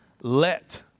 let